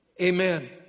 Amen